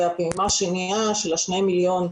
והפעימה השנייה של שני המיליון,